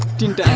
didn't